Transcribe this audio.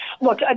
look